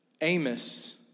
Amos